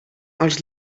els